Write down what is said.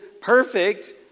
perfect